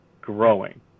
growing